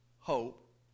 hope